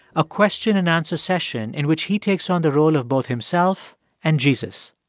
a question-and-answer session in which he takes on the role of both himself and jesus.